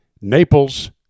Naples